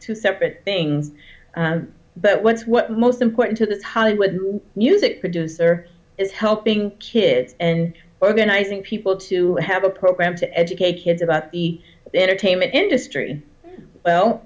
two separate things but what's what most important to this hollywood music producer is helping kids and organizing people to have a program to educate kids about the entertainment industry well